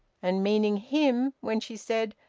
and meaning him when she said,